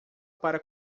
para